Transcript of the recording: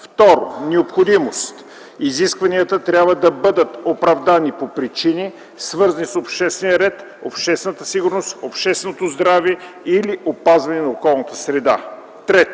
2. необходимост – изискванията трябва да бъдат оправдани по причини, свързани с обществения ред, обществената сигурност, общественото здраве или опазване на околната среда; 3.